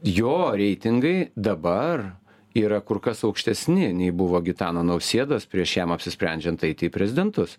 jo reitingai dabar yra kur kas aukštesni nei buvo gitano nausėdos prieš jam apsisprendžiant eiti į prezidentus